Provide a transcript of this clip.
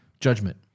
judgment